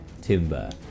Timber